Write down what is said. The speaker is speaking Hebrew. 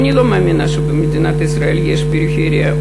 אני לא מאמינה שבמדינת ישראל יש פריפריה,